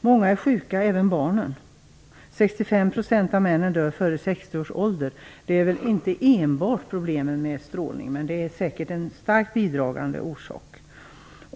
Många är sjuka, även barn. 65 % av männen dör före 60 års ålder. Det är inte enbart problemen med strålning som är orsaken, men det är säkert en starkt bidragande orsak.